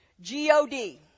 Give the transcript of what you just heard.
G-O-D